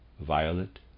Violet